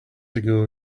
ago